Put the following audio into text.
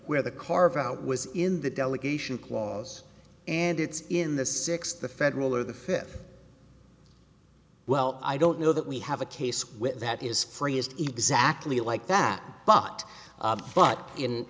where the carve out was in the delegation clause and it's in the six the federal or the fifth well i don't know that we have a case with that is freest exactly like that but but in